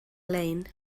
lein